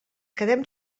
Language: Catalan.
quedem